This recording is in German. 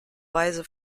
weise